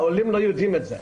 העולים לא יודעים את זה.